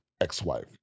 ex-wife